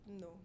no